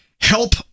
Help